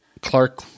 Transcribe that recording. Clark